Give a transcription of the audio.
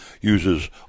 uses